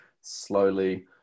slowly